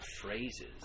phrases